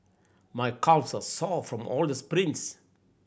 my calves are sore from all the sprints